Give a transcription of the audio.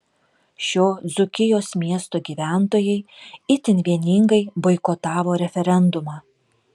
šio dzūkijos miesto gyventojai itin vieningai boikotavo referendumą